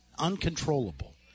uncontrollable